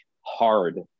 hard